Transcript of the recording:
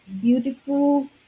beautiful